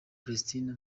palestine